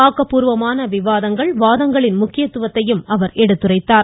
ஆக்கப்பூர்வமான விவாதங்கள் வாதங்களின் முக்கியத்துவத்தையும் அவர் எடுத்துரைத்தார்